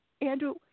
Andrew